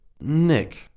Nick